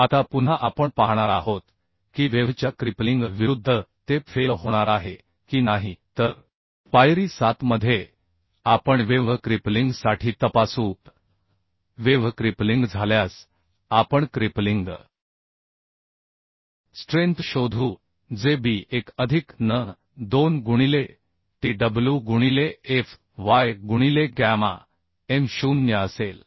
आता पुन्हा आपण पाहणार आहोत की वेव्ह च्या क्रिपलिंग विरुद्ध ते फेल होणार आहे की नाही तर पायरी 7 मध्ये आपण वेव्ह क्रिपलिंग साठी तपासू तर वेव्ह क्रिपलिंग झाल्यास आपण क्रिपलिंग स्ट्रेंथ शोधू जे B1 अधिक n2 गुणिले Tw गुणिले Fy गुणिले गॅमा m0 असेल